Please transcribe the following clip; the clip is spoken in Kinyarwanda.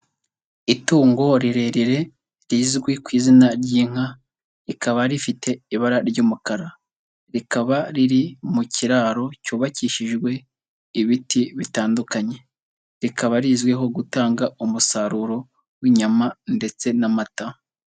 Itungo rirerire rizwi ku izina ry'inka rikaba rifite ibara ry'umukara, rikaba riri mu kiraro cyubakishijwe ibiti bitandukanye, rikaba rizwiho gutanga umusaruro w'inyama ndetse n'amata.